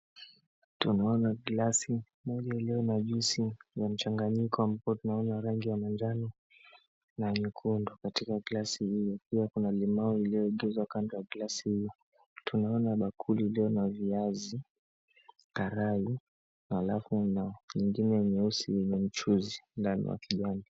Tunaona glasi moja iliyo na juisi ya mchanganyiko ambayo tunaona rangi ya manjano na nyekundu katika glasi hii. Pia kuna limau iliyoingizwa kando ya glasi hii. Tunaona bakuli iliyo na viazi karai halafu na nyingine nyeusi yenye mchuzi ndani wa kibakuli.